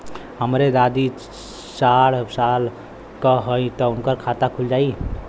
हमरे दादी साढ़ साल क हइ त उनकर खाता खुल जाई?